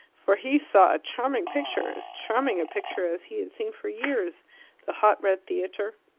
for he saw a charming picture, as charming a picture as he had seen for years the hot red theatre